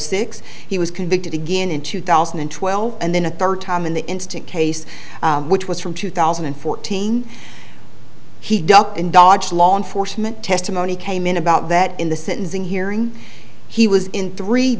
six he was convicted again in two thousand and twelve and then a third time in the instant case which was from two thousand and fourteen he ducked and dodged law enforcement testimony came in about that in the sentencing hearing he was in three